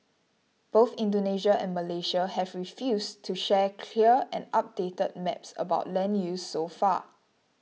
both Indonesia and Malaysia have refused to share clear and updated maps about land use so far